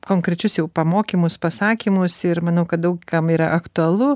konkrečius jau pamokymus pasakymus ir manau kad daug kam yra aktualu